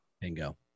Bingo